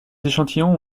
échantillons